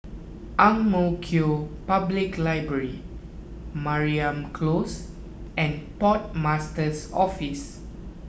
Ang Mo Kio Public Library Mariam Close and Port Master's Office